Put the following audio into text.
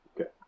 okay